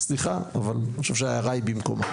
סליחה, אבל אני חושב שההערה היא במקומה.